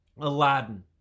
Aladdin